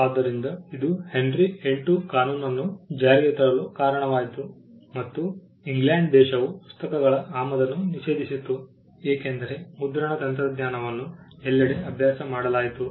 ಆದ್ದರಿಂದ ಇದು Henry VIII ಕಾನೂನನ್ನು ಜಾರಿಗೆ ತರಲು ಕಾರಣವಾಯಿತು ಮತ್ತು ಇಂಗ್ಲೆಂಡ ದೇಶವು ಪುಸ್ತಕಗಳ ಆಮದನ್ನು ನಿಷೇಧಿಸಿತು ಏಕೆಂದರೆ ಮುದ್ರಣ ತಂತ್ರಜ್ಞಾನವನ್ನು ಎಲ್ಲೆಡೆ ಅಭ್ಯಾಸ ಮಾಡಲಾಯಿತು